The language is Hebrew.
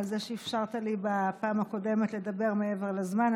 שאפשרת לי בפעם הקודמת לדבר מעבר לזמן.